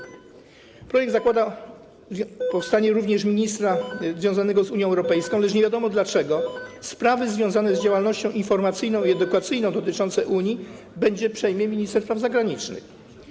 Projekt zakłada powstanie również ministerstwa związanego z Unią Europejską, lecz - nie wiadomo dlaczego - sprawy związane z działalnością informacyjną i edukacyjną dotyczącą Unii przejmie minister spraw zagranicznych.